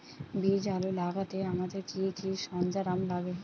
বীজ আলু লাগাতে আমাদের কি কি সরঞ্জাম লাগে?